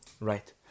right